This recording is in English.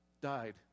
died